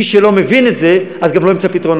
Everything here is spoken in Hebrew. מי שלא מבין את זה, גם לא ימצא פתרונות.